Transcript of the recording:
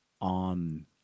on